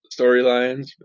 storylines